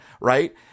Right